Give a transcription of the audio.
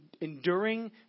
enduring